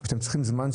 תודה.